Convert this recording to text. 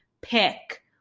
pick